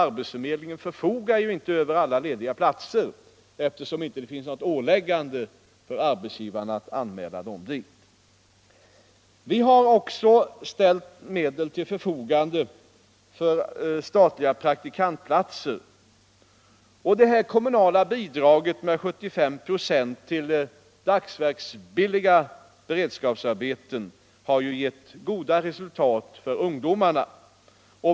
Arbetsförmedlingen förfogar ju inte över alla lediga platser, eftersom det inte finns något åläggande för arbetsgivarna att anmäla lediga platser till arbetsförmedlingen. Vi har också ställt medel till förfogande för statliga praktikantplatser. Det kommunala bidraget med 75 96 till dagsverksbilliga beredskapsarbeten har givit goda resultat när det gäller ungdomarna.